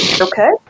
Okay